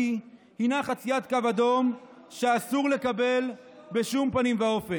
הינה חציית קו אדום שאסור לקבל בשום פנים ואופן.